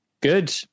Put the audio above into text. Good